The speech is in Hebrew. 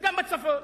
וגם בצפון.